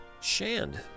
Shand